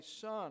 son